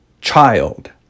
child